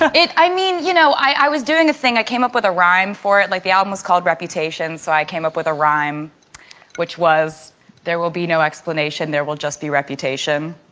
ah it i mean, you know, i i was doing a thing i came up with a rhyme for it like the album was called reputation, so i came up with a rhyme which was there will be no explanation. there will just be reputation.